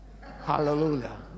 hallelujah